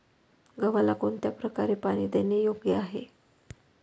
गव्हाला कोणत्या प्रकारे पाणी देणे योग्य आहे?